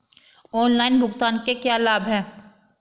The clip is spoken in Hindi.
ऑनलाइन भुगतान के क्या लाभ हैं?